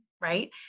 right